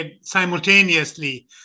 simultaneously